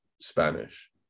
Spanish